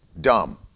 dumb